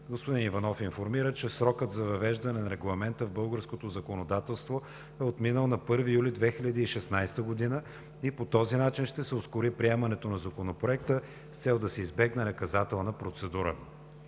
Господин Иванов информира, че срокът за въвеждане на регламента в българското законодателство е отминал на 1 юли 2016 г. и по този начин ще се ускори приемането на Законопроекта, с цел да се избегне наказателна процедура.